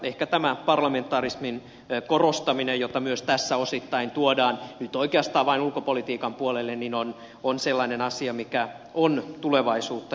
ehkä tämä parlamentarismin korostaminen jota myös tässä osittain tuodaan nyt oikeastaan vain ulkopolitiikan puolelle on sellainen asia mikä on tulevaisuutta